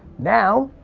now,